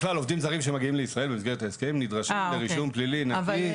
בכלל עובדים זרים שמגיעים לישראל במסגרת ההסכם נדרשים לרישום פלילי נקי.